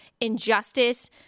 injustice